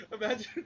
Imagine